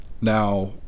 Now